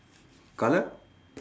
colour